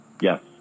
Yes